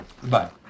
Goodbye